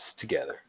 together